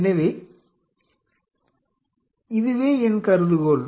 எனவே இதுவே என் கருதுகோள்